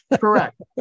Correct